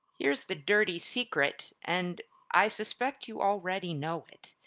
here's the dirty secret. and i suspect you already know it.